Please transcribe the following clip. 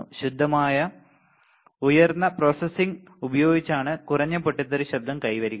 ശുദ്ധമായ ഉപകരണ പ്രോസസ്സിംഗ് ഉപയോഗിച്ചാണ് കുറഞ്ഞ പൊട്ടിത്തെറി ശബ്ദം കൈവരിക്കുന്നത്